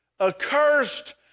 Accursed